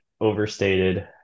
overstated